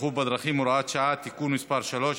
לבטיחות בדרכים (הוראת שעה) (תיקון מס' 3),